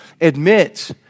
admit